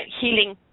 healing